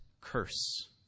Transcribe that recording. curse